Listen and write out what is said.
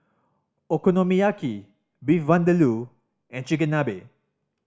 Okonomiyaki Beef Vindaloo and Chigenabe